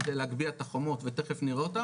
כדי להגביה את החומות ותיכף נראה אותם